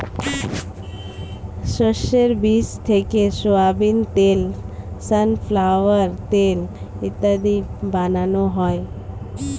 শস্যের বীজ থেকে সোয়াবিন তেল, সানফ্লাওয়ার তেল ইত্যাদি বানানো হয়